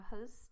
host